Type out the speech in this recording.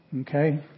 Okay